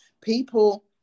people